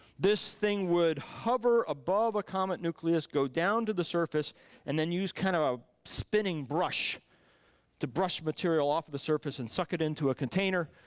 this thing would hover above a comet nucleus, go down to the surface and then use kind of a spinning brush to brush material off the surface and suck it into a container.